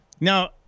Now